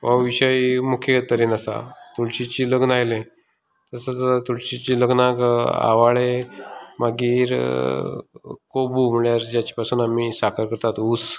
हो विशय मुख्य तरेन आसा तुळशीचें लग्न आयलें तशें जाल्यान तुळशीच्या लग्नाक आवाळे मागीर कोबू म्हळ्यार जाचे पासून आमी साकर करता ऊस